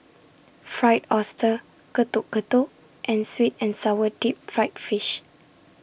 Fried Oyster Getuk Getuk and Sweet and Sour Deep Fried Fish